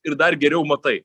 ir dar geriau matai